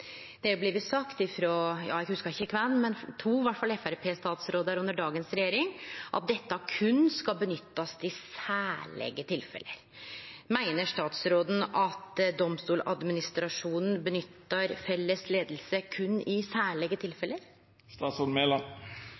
ikkje av kven, men i alle fall av to FrP-statsrådar i dagens regjering, at dette berre skal nyttast i særlege tilfelle. Meiner statsråden at Domstoladministrasjonen nyttar felles leiing berre i heilt særlege